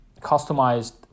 customized